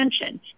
attention